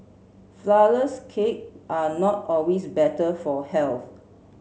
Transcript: flourless cake are not always better for health